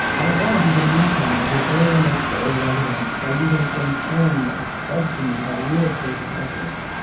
i don't want to be the newcomer who alienates the old residents by using some term that was fed to me by real estate developers.